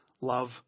love